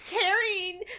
carrying